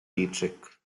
dietrich